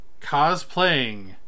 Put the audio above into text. cosplaying